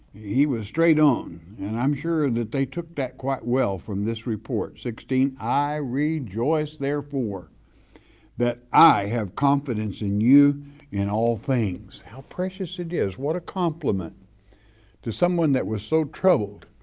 he was straight on. and i'm sure that they took that quite well from this report. sixteen, i rejoice therefore that i have confidence in you in all things. how precious it is, what a compliment to someone that was so troubled.